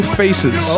faces